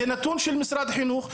זה נתון של משרד החינוך,